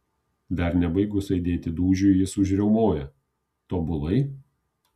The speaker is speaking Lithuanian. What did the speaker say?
dar nebaigus aidėti dūžiui jis užriaumoja tobulai